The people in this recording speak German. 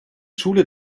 schule